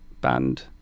band